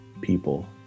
people